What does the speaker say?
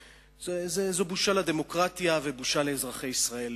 בושה לדמוקרטיה ובושה לאזרחי ישראל.